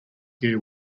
gear